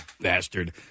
bastard